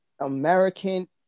American